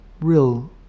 real